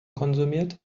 konsumiert